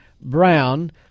Brown